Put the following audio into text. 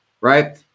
right